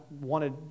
wanted